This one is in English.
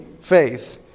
faith